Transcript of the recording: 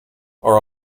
are